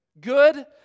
Good